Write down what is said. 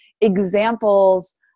examples